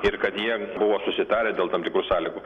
ir kad jie buvo susitarę dėl tam tikrų sąlygų